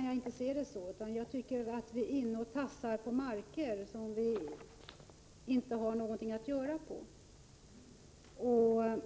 kan inte se det så, utan jag tycker att vi är inne och tassar i marker som vi inte har någonting att göra i.